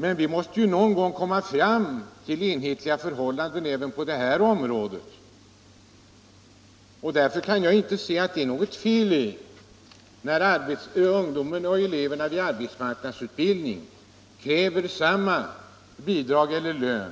Men vi måste någon gång komma fram till enhetliga förhållanden också inom detta område, och därför kan jag inte se något fel i att elever som genomgår arbetsmarknadsutbildning och är under 20 år kräver samma bidrag eller löner